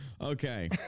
Okay